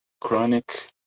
chronic